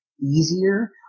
easier